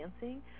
dancing